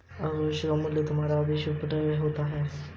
भविष्य के मूल्य से तुम्हारा क्या अभिप्राय है?